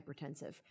hypertensive